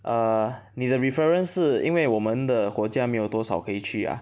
err 你的 reference 是因为我们的国家没有多少可以去 ah